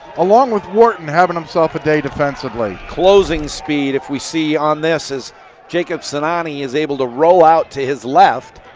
along with wharton having themselves a day defensively. closing speed as we see on this is jakup sinani is able to rollout to his left